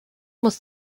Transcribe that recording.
muss